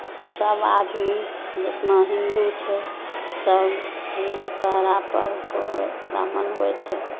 सभ आदमी जेतना हिन्दू छै सभमे दशहरा पर्वके एकरा मनबै छै